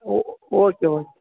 oh okay okay